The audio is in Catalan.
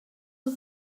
les